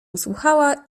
usłuchała